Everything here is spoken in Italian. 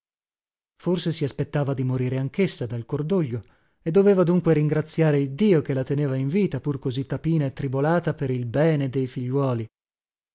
forse si aspettava di morire anchessa dal cordoglio e doveva dunque ringraziare iddio che la teneva in vita pur così tapina e tribolata per il bene dei figliuoli